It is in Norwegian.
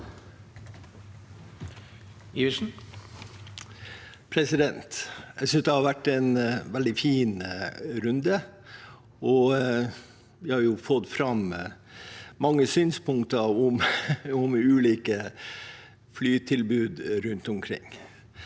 Jeg synes dette har vært en veldig fin runde, og vi har fått fram mange synspunkter på ulike flytilbud rundt omkring.